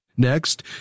Next